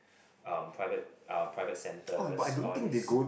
um private um private centres all this